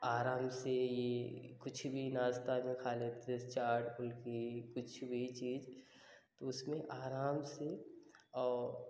आराम से कुछ भी नास्ता में खा लेते थे चाट कुल्फी कुछ भी चीज तो उसमें आराम से और